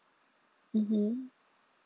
mmhmm